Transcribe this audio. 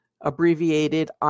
abbreviated